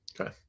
Okay